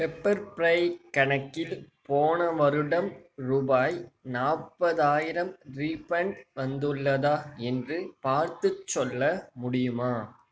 pepper fry கணக்கில் போன வருடம் ருபாய் நாற்பதாயிரம் ரீஃபண்ட் வந்துள்ளதா என்று பார்த்துச் சொல்ல முடியுமா